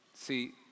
See